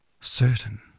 certain